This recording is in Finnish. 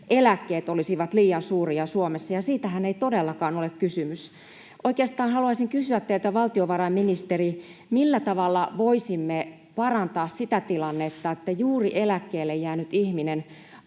eläkkeet olisivat liian suuria Suomessa, ja siitähän ei todellakaan ole kysymys. Oikeastaan haluaisin kysyä teiltä, valtiovarainministeri: millä tavalla voisimme parantaa sitä tilannetta niin, että juuri eläkkeelle jäänyt ihminen